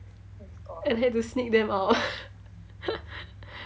and I had to sneak them out